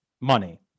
money